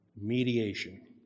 mediation